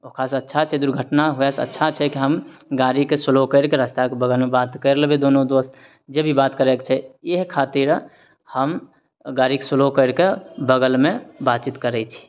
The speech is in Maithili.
ओकरा से अच्छा छै दुर्घटना होये से अच्छा छै की हम गाड़ीके स्लो करिके रास्ताके बगलमे बात कर लेबै दोनो दोस्त जे भी बात करय के छै इहे खातिर हम गाड़ी के स्लो करके बगल मे बातचीत करय छी